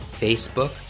Facebook